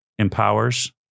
Empowers